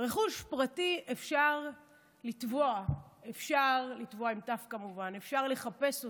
רכוש פרטי אפשר לתבוע, אפשר לחפש אותו,